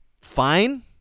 fine